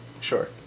Sure